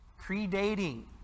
predating